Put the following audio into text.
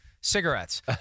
cigarettes